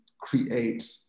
create